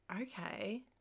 Okay